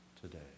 today